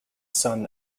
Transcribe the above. son